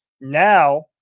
now